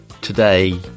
today